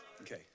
Okay